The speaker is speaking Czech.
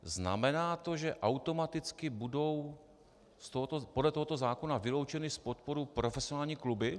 Znamená to, že automaticky budou podle tohoto zákona vyloučeny z podpory profesionální kluby?